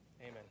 Amen